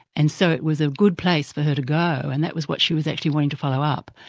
and so it was a good place for her to go, and that was what she was actually wanting to follow up.